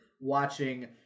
watching